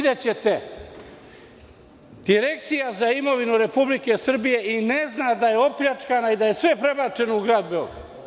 Direkcija za imovinu Republike Srbije i ne zna da je opljačkana i da je sve prebačeno u Grad Beograd.